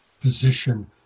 position